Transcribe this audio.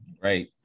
Right